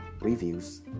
reviews